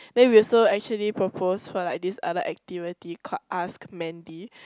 then we also actually propose for like this other activity called ask Mandy